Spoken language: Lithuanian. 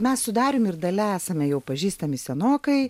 mes su dariumi ir dalia esame jau pažįstami senokai